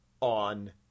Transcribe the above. on